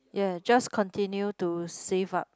ya just continue to save up